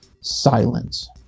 silence